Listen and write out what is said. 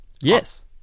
Yes